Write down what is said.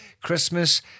Christmas